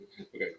Okay